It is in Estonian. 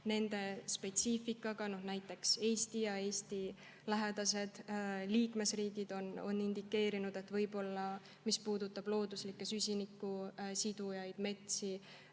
nende spetsiifikast. Näiteks Eesti ja Eesti-lähedased liikmesriigid on indikeerinud, et mis puudutab looduslikke süsiniku sidujaid, metsi,